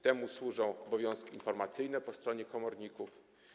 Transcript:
Temu służą obowiązki informacyjne po stronie komorników.